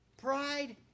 Pride